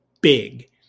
big